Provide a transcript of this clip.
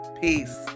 Peace